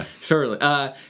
surely